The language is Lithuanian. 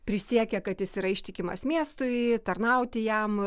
prisiekė kad jis yra ištikimas miestui tarnauti jam